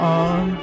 on